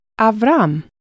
Avram